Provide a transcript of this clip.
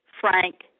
Frank